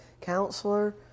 counselor